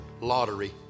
lottery